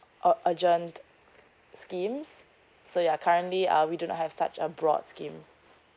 or urgent schemes so ya currently uh we do not have such a broad scheme